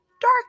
Dark